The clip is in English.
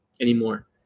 anymore